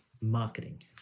Marketing